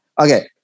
okay